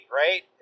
right